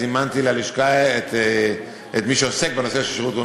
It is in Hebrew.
זימנתי ללשכה את מי שעוסק בנושא של שירות לאומי,